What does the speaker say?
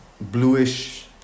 bluish